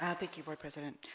i think you but president